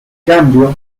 cambio